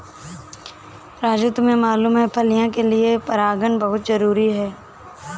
राजू तुम्हें मालूम है फलियां के लिए परागन बहुत जरूरी है